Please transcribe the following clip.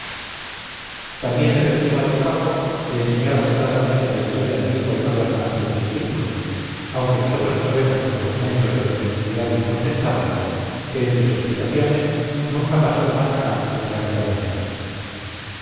también se preciaba d paco de enseñar acertadamente la historia antigua y moderna a sus discípulos aunquenosotros sabemos por documentos de autenticidad incontestable que en sus explicaciones nunca pasó más acá del arca de noé